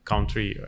Country